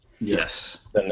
Yes